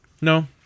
No